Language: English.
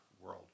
world